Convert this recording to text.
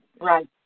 Right